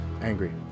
angry